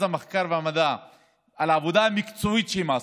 המחקר והמידע על העבודה המקצועית שהם עשו.